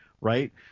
right